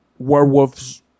werewolves